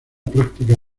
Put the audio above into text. práctica